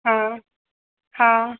हा हा